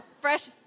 fresh